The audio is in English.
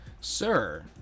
sir